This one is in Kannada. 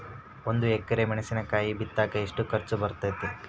ಒಂದು ಎಕರೆ ಮೆಣಸಿನಕಾಯಿ ಬಿತ್ತಾಕ ಎಷ್ಟು ಖರ್ಚು ಬರುತ್ತೆ?